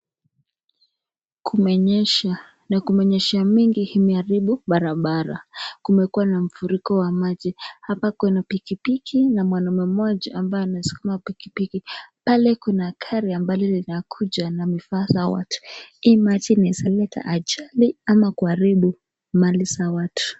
Kumenyesha, na kumenyesha mingi imeharibu barabara, kumekuwa na mafuriko wa waji. hapa kuna pikipiki na mwanaume moja ambaye anasukuma pikipiki, pale kuna gari ambalo linakuja na bidhaa za watu. Hii maji inaweza kuleta ajali ama kuharibu mali za watu.